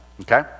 okay